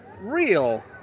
real